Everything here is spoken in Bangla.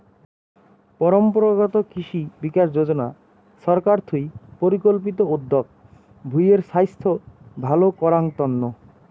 পরম্পরাগত কৃষি বিকাশ যোজনা ছরকার থুই পরিকল্পিত উদ্যগ ভূঁই এর ছাইস্থ ভাল করাঙ তন্ন